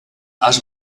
has